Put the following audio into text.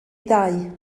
ddau